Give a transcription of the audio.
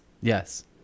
Yes